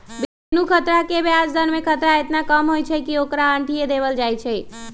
बिनु खतरा के ब्याज दर में खतरा एतना कम होइ छइ कि ओकरा अंठिय देल जाइ छइ